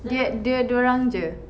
dia dia dua orang jer